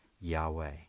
Yahweh